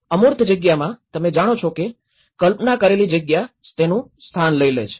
અમૂર્ત જગ્યામાં તમે જાણો છો કે કલ્પના કરેલી જગ્યા તેનું સ્થાન લઇ લે છે